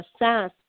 assess